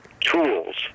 tools